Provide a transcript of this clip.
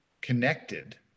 connected